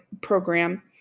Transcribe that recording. program